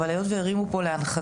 אבל היות והרימו פה להנחתה,